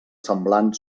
semblant